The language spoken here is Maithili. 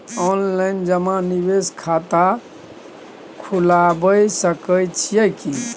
ऑनलाइन जमा निवेश खाता खुलाबय सकै छियै की?